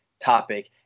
topic